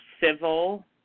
civil